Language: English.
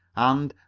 and,